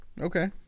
Okay